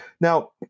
Now